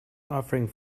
offering